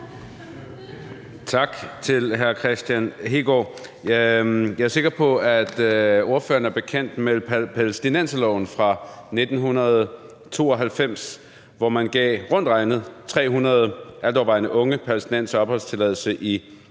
Tak til hr. Kristian Hegaard. Jeg er sikker på, at ordføreren er bekendt med palæstinenserloven fra 1992, hvor man gav rundt regnet 300 altovervejende unge palæstinensere opholdstilladelse i